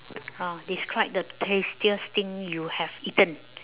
uh describe the tastiest thing you have eaten